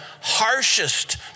harshest